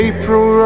April